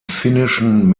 finnischen